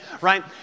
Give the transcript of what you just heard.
Right